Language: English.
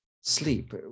sleep